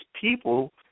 people